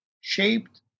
shaped